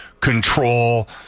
control